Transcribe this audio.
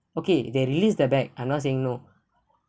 okay they released the bag I'm not saying no